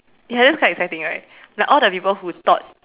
ya that's quite exciting right like all the people who thought